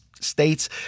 states